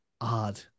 odd